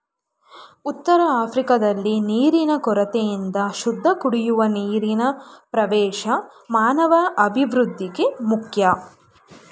ಉತ್ತರಆಫ್ರಿಕಾದಲ್ಲಿ ನೀರಿನ ಕೊರತೆಯಿದೆ ಶುದ್ಧಕುಡಿಯುವ ನೀರಿನಪ್ರವೇಶ ಮಾನವಅಭಿವೃದ್ಧಿಗೆ ಮುಖ್ಯ